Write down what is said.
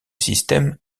système